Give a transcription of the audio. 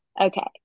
Okay